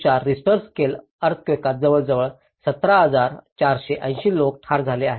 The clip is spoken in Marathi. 4 रिश्टर स्केल अर्थक्वेकात जवळजवळ 17480 लोक ठार झाले आहेत